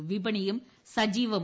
വിഷു വിപണിയും സജീവമായി